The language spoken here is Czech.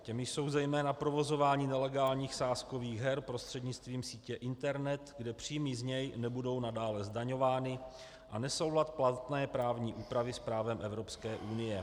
Těmi jsou zejména provozování nelegálních sázkových her prostřednictvím sítě internet, kde příjmy z něj nebudou nadále zdaňovány, a nesoulad platné právní úpravy s právem Evropské unie.